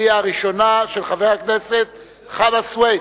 של חבר הכנסת חנא סוייד,